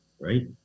right